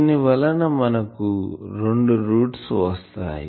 దీని వలన మనకు రెండు రూట్స్ వస్తాయి